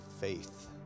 faith